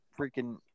freaking